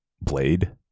blade